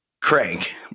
Crank